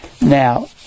now